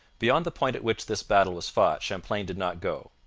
beyond the point at which this battle was fought champlain did not go.